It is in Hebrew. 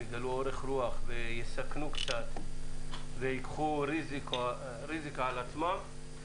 יגלו ארך רוח ויסכנו קצת וייקחו ריזיקה על עצמם,